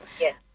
Yes